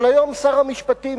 אבל היום שר המשפטים,